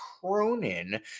Cronin